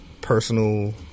personal